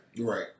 Right